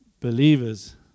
believers